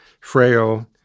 frail